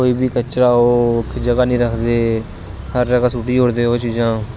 कोई बी कचरा होग ओह् इक जगह नेई रखदे हर जगह सुट्टी ओड़दे ओह् चीजां